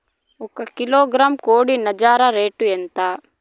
ఒక కిలోగ్రాము కోడి నంజర రేటు ఎంత?